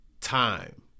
time